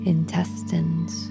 Intestines